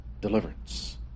Deliverance